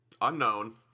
Unknown